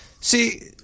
see